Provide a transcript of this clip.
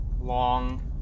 long